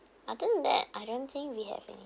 other than that I don't think we have any